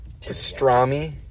Pastrami